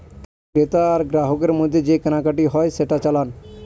ক্রেতা আর গ্রাহকের মধ্যে যে কেনাকাটি হয় সেটা চালান